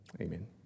amen